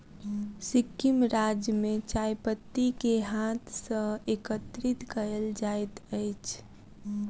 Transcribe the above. सिक्किम राज्य में चाय पत्ती के हाथ सॅ एकत्रित कयल जाइत अछि